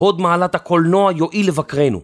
הוד מעלת הקולנוע יועיל לבקרנו